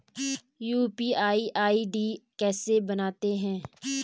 UPI ID कैसे बनाते हैं?